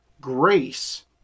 grace